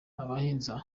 abahinza